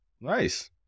Nice